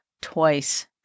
twice